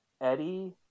Eddie